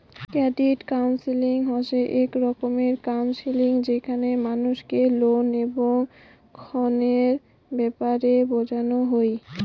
credit counselling হসে এক রকমের কাউন্সেলিং যেখানে মানুষকে লোন এবং ঋণের ব্যাপারে বোঝানো হই